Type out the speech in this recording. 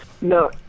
No